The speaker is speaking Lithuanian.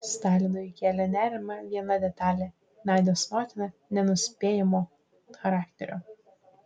stalinui kėlė nerimą viena detalė nadios motina nenuspėjamo charakterio